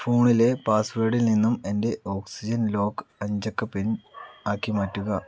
ഫോണിലെ പാസ്വേഡിൽ നിന്നും എൻ്റെ ഓക്സിജൻ ലോക്ക് അഞ്ചക്ക പിൻ ആക്കി മാറ്റുക